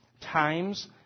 times